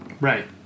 Right